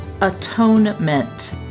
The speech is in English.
atonement